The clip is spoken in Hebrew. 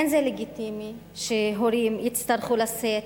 אין זה לגיטימי שהורים יצטרכו לשאת